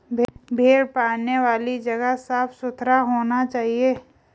भेड़ पालने वाली जगह साफ सुथरा होना चाहिए